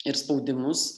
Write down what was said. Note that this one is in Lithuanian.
ir spaudimus